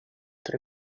tra